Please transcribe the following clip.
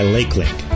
LakeLink